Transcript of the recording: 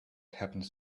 happens